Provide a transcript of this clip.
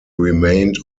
remained